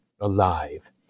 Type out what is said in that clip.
alive